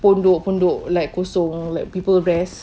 pondok-pondok like kosong like people rest